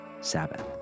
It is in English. Sabbath